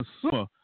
Consumer